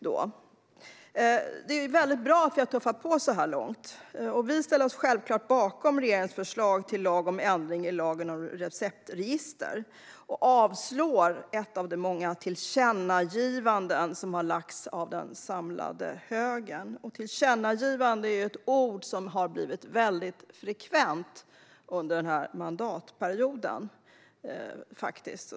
Det är bra att vi har tuffat på så här långt. Vi i Vänsterpartiet ställer oss självklart bakom regeringens förslag till lag om ändring i lagen om receptregister. Vi yrkar avslag på det förslag om tillkännagivande, ett av många, som den samlade högern har lagt fram. Ordet tillkännagivande har använts frekvent under den här mandatperioden.